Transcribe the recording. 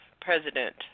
President